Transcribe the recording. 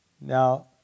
Now